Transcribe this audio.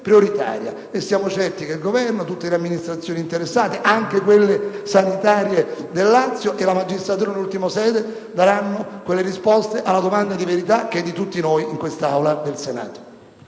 prioritaria. Siamo certi che il Governo, tutte le amministrazioni interessate - anche quelle sanitarie del Lazio - e la magistratura in ultima sede daranno le risposte alla domanda di verità che è di tutti noi in quest'Aula del Senato.